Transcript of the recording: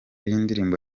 y’indirimbo